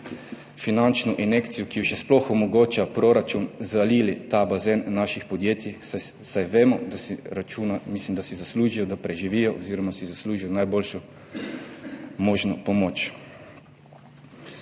finančno injekcijo, ki jo še sploh omogoča proračun, zalili ta bazen naših podjetij. Mislim, da si zaslužijo, da preživijo oziroma si zaslužijo najboljšo možno pomoč.